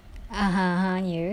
ah ha ye